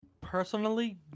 personally